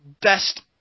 best